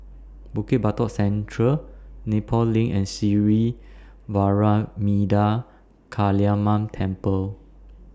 Bukit Batok Central Nepal LINK and Sri Vairavimada Kaliamman Temple